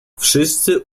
wszyscy